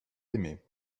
aimé